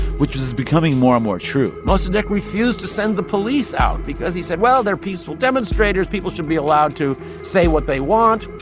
which was becoming more and more true mossadegh refused to send the police out because he said, well, they're peaceful demonstrators. people should be allowed to say what they want.